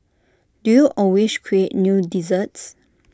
do you always create new desserts